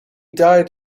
died